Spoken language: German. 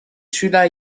schüler